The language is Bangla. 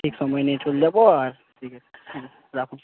ঠিক সময় নিয়ে চলে যাব আর ঠিক আছে হুম রাখুন